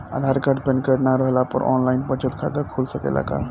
आधार card PAN card न रहला पर आन लाइन बचत खाता खुल सकेला का?